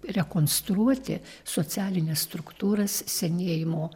rekonstruoti socialines struktūras senėjimo